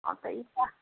हँ तऽ इएह